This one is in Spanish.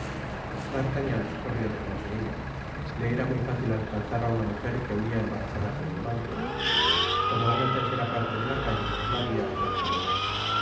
d'artagnan corrió detrás de ella leera muy fácil alcanzar á una mujer que huía embarazada con el manto como á una tercera parte de la calle la habia alcanzado ya